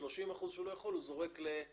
את ה- 30% שהוא לא יכול לגרוס, הוא זורק למטמנה.